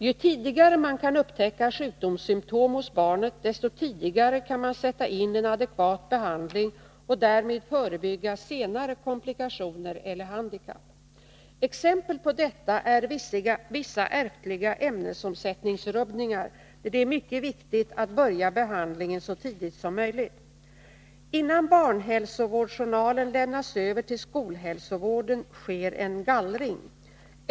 Ju tidigare man kan upptäcka sjukdomssymtom hos barnet, desto tidigare kan man sätta in en adekvat behandling och därmed förebygga senare komplikationer eller handikapp. Exempel på detta är vissa ärftliga ämnesomsättningsrubbningar, där det är mycket viktigt att börja behandlingen så tidigt som möjligt. Innan barnhälsovårdsjournalen lämnas över till skolhälsovården sker en gallring.